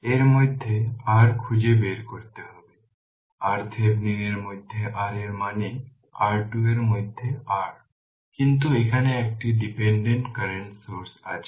এর মধ্যে r R খুঁজে বের করতে হবে RThevenin এর মধ্যে R এর মানে R2 এর মধ্যে R কিন্তু এখানে একটি ডিপেন্ডেন্ট কারেন্ট সোর্স আছে